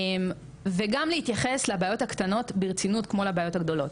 וגם להתייחס לבעיות הקטנות ברצינות כמו לבעיות הגדולות,